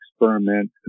experiment